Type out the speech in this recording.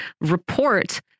report